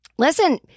Listen